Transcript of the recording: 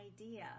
idea